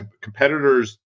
Competitors